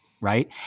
right